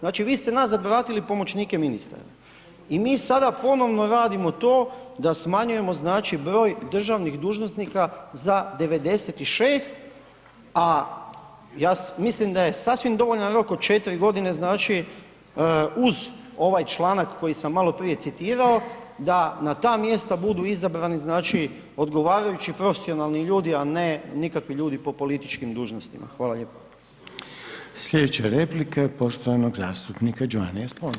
Znači vi ste nazad vratili pomoćnike ministara i mi sada ponovno radimo to da smanjujemo broj državnih dužnosnika za 96 a ja mislim da je sasvim dovoljan rok od 4 g., znači uz ovaj članak koji sam maloprije citirao, da na ta mjesta budu izabrani odgovarajući profesionalni ljudi a ne nikakvi ljudi po političkim dužnostima, hvala lijepo.